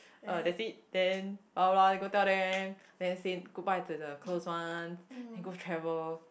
uh that's it then go tell them then say goodbye to the close ones then go travel